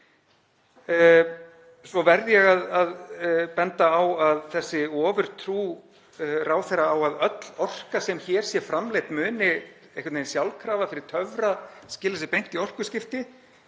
Svo verð ég að benda á að þessa ofurtrú ráðherra á að öll orka sem hér sé framleidd muni einhvern veginn sjálfkrafa fyrir töfra skila sér beint í orkuskipti